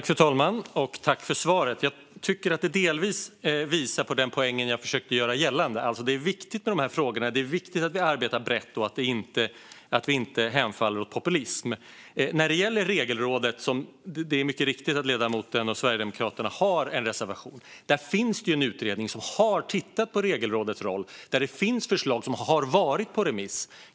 Fru talman! Jag tycker att svaret delvis visar på den poäng jag försökte göra gällande att det är viktigt att vi arbetar brett och att vi inte hemfaller åt populism. Det är riktigt att Sverigedemokraterna har en reservation om Regelrådet. Det finns en utredning som har tittat på Regelrådets roll, och de förslagen har varit ute på remiss.